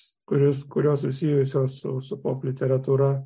kuris kurios susijusios su pop literatūra